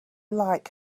like